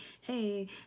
hey